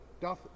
doth